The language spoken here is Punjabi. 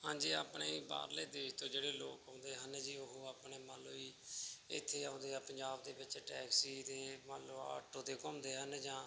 ਹਾਂਜੀ ਆਪਣੇ ਬਾਹਰਲੇ ਦੇਸ਼ ਤੋਂ ਜਿਹੜੇ ਲੋਕ ਆਉਂਦੇ ਹਨ ਜੀ ਉਹ ਆਪਣੇ ਮੰਨ ਲਓ ਜੀ ਇੱਥੇ ਆਉਂਦੇ ਆ ਪੰਜਾਬ ਦੇ ਵਿੱਚ ਟੈਕਸੀ ਦੇ ਮੰਨ ਲਓ ਆਟੋ 'ਤੇ ਘੁੰਮਦੇ ਹਨ ਜਾਂ